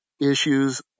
issues